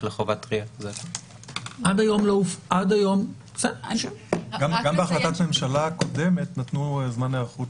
לחובת RIA. גם בהחלטת הממשלה הקודמת נתנו זמן היערכות